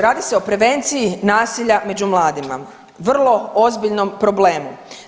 Radi se o prevenciji nasilja među mladima, vrlo ozbiljnom problemu.